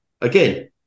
again